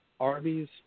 Arby's